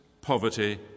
poverty